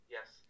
Yes